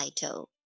title